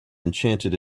enchanted